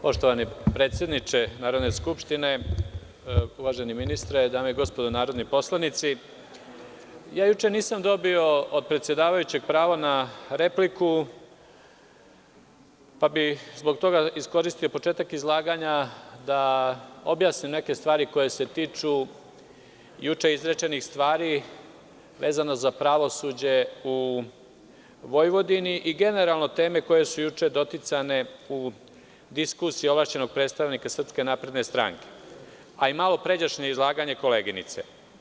Poštovani predsedniče Narodne skupštine, uvaženi ministre, dame i gospodo narodni poslanici, juče nisam dobio od predsedavajućeg pravo na repliku, pa bi zbog toga iskoristio početak izlaganja da objasnim neke stvari koje se tiču juče izrečenih stvari vezano za pravosuđe u Vojvodini i generalno teme koje su juče doticane u diskusiji ovlašćenog predstavnika Srpske napredne stranke, a i malopređašnje izlaganje koleginice.